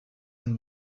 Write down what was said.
and